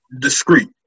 discreet